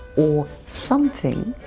or something,